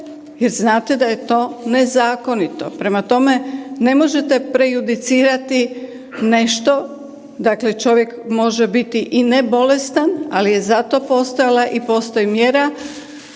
jer znate da je to nezakonito. Prema tome ne možete prejudicirati nešto, dakle čovjek može biti i ne bolestan, ali je za to postojala i postoji mjera